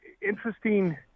interesting